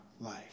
life